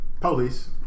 police